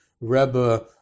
Rebbe